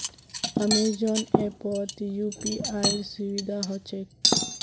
Amazon ऐपत यूपीआईर सुविधा ह छेक